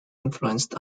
influenced